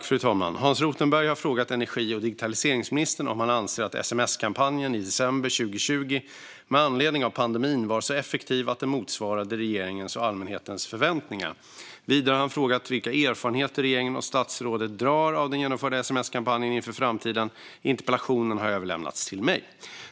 Fru talman! Hans Rothenberg har frågat energi och digitaliseringsministern om han anser att sms-kampanjen i december 2020 med anledning av pandemin var så effektiv att den motsvarade regeringens och allmänhetens förväntningar. Vidare har han frågat vilka erfarenheter regeringen och statsrådet drar av den genomförda sms-kampanjen inför framtiden. Interpellationen har överlämnats till mig.